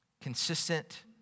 Consistent